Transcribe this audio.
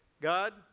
God